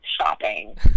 shopping